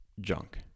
junk